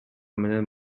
менен